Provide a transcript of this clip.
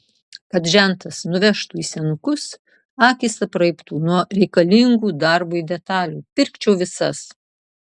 kad žentas nuvežtų į senukus akys apraibtų nuo reikalingų darbui detalių pirkčiau visas